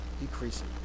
decreasing